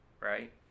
right